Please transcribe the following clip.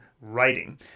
writing